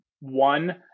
one